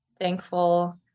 thankful